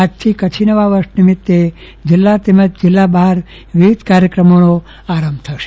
આજથી કચ્છી નવા વર્ષ નિમિત્તે જિલ્લા તેમજ જિલ્લા બહાર વિવિધ કાર્યક્રમોનો પ્રારંભ થશે